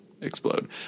explode